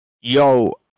Yo